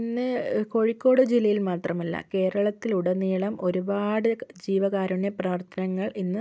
ഇന്ന് കോഴിക്കോട് ജില്ലയിൽ മാത്രമല്ല കേരളത്തിലുടനീളം ഒരുപാട് ജീവകാരുണ്യ പ്രവർത്തനങ്ങൾ ഇന്ന്